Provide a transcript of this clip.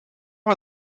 are